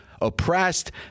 oppressed